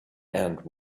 and